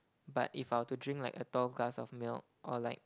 but if I were to drink like a tall glass of milk or like